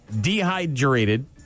dehydrated